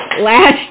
Last